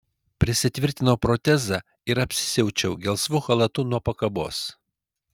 prisitvirtinau protezą ir apsisiaučiau gelsvu chalatu nuo pakabos